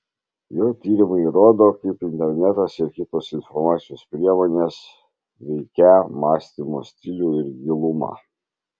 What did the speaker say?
jo tyrimai įrodo kaip internetas ir kitos informacijos priemonės veikią mąstymo stilių ir gilumą